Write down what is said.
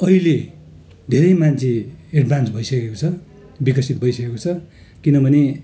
अहिले धेरै मान्छे एडभान्स भइसकेको छ विकसित भइसकेको छ किनभने